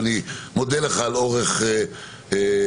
ואני מודה לך על אורך הרוח.